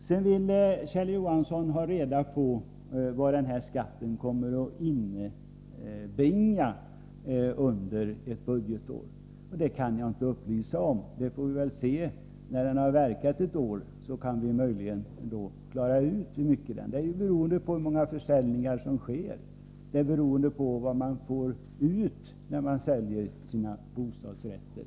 Sedan ville Kjell Johansson veta vad den här skatten kommer att inbringa under ett budgetår. Det kan jag inte upplysa om. När den här beskattningsformen har verkat ett år kan vi möjligen klara ut hur mycket den ger. Det är ju beroende på hur många försäljningar som sker och på hur mycket man får ut när man säljer sina bostadsrätter.